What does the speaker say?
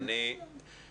חבריא, אין דבר כזה בעולם.